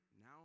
now